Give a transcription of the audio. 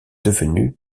devenue